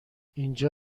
اینجا